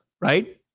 right